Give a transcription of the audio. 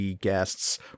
guests